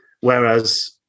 whereas